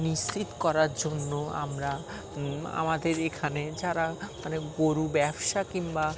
নিশ্চিত করার জন্য আমরা আমাদের এখানে যারা মানে গরু ব্যবসা কিংবা